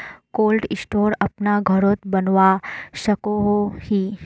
Cold store अपना घोरोत बनवा सकोहो ही?